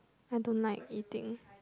I don't like eating